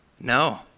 No